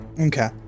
Okay